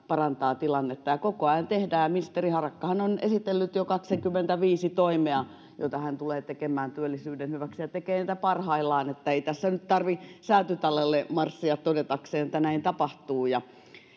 parantaa tilannetta koko ajan tehdään ministeri harakkahan on esitellyt jo kaksikymmentäviisi toimea joita hän tulee tekemään työllisyyden hyväksi ja tekee parhaillaan että ei tässä nyt tarvitse säätytalolle marssia todetakseen että näin tapahtuu